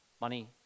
Money